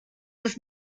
ist